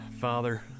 Father